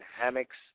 Hammocks